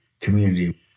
community